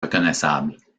reconnaissable